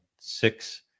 six